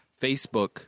Facebook